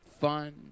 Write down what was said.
fun